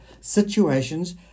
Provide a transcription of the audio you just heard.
situations